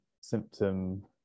symptom